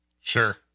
Sure